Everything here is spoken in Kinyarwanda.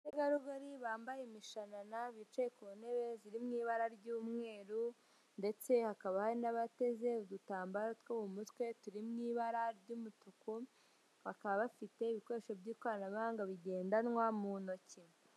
Abategarugori bambaye imishanana bicaye ku ntebe ziri mu ibara ry'umweru, ndetse hakaba hari n'abateze udutambaro two mu mutwe turi mu ibara ry'umutuku, bakaba bafite ibikoresho by'ikoranabuhanga bigendanwa mu ntoki.